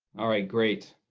all right, great.